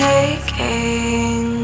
Taking